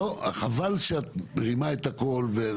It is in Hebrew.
חבל שאת מרימה את הקול.